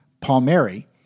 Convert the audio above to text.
Palmieri